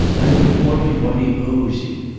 i've before me what he owes you.